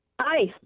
Hi